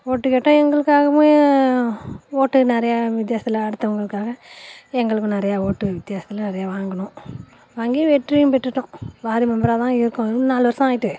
ஓட்டு கேட்டேன் எங்களுக்காகவும் ஓட்டு நிறையா வித்தியாசத்தில் அடுத்தவங்களுக்காக எங்களுக்கும் நிறையா ஓட்டு வித்தியாசத்தில் நிறையா வாங்கினோம் வாங்கி வெற்றியும் பெற்றுட்டோம் வார்டு மெம்பராக தான் இருக்கோம் நாலு வருசம் ஆய்ட்டு